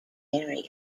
area